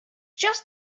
just